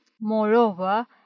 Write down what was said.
Moreover